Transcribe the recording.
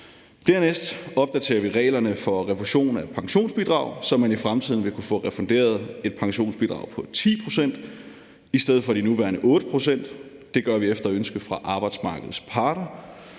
Dernæst opdaterer vi reglerne for refusion af pensionsbidrag, så man i fremtiden vil kunne få refunderet et pensionsbidrag på 10 pct. i stedet for de nuværende 8 pct. Det gør vi efter ønske fra arbejdsmarkedets parter.